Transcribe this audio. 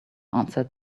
answered